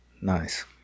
Nice